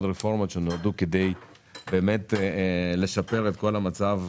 רפורמות שנועדו כדי באמת לשפר את כל המצב